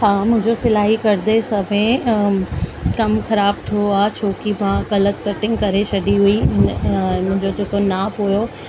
हा मुंहिंजो सिलाई कंदे समय कमु ख़राब थियो आहे छोकी मां ग़लति कटिंग करे छॾी हुई मुंहिंजो जेको नाप हुओ